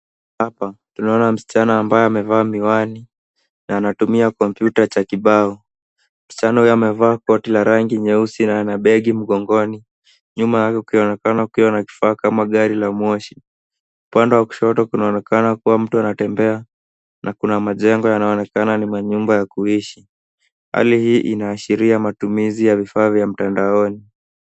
Hapa, tunaona msichana ambaye amevaa miwani na anatumia kompyuta ya cha kibao. Msichana huyo amevaa koti la rangi nyeusi na ana begi mgongoni. Nyuma yake, kukionekana kukiwa na kifaa cha gari la moshi. Upande wa kushoto kunaonekana kuwa mtu anatembea. Na kuna majengo yanayoonekana ni manyumba ya kuishi. Hali hii inaashiria matumizi ya vifaa vya mtandaoni